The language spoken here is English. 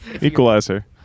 equalizer